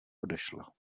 odešla